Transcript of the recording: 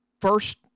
first